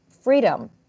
freedom